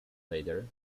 later